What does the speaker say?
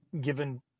given